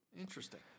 Interesting